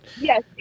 Yes